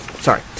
Sorry